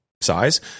size